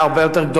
אדוני השר,